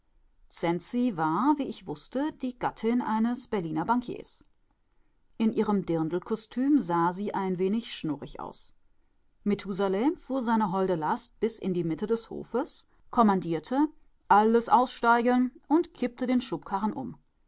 war wie ich wußte die gattin eines berliner bankiers in ihrem dirndlkostüm sah sie ein wenig schnurrig aus methusalem fuhr seine holde last bis in die mitte des hofes kommandierte alles aussteigen und kippte den schubkarren um